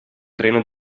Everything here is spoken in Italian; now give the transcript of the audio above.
treno